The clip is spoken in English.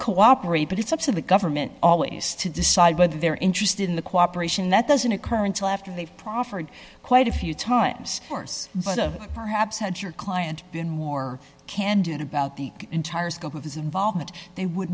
cooperate but it's up to the government always to decide whether they're interested in the cooperation that doesn't occur until after they've proffered quite a few times course but of perhaps had your client been more candid about the entire scope of his involvement they would